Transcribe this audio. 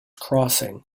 crossing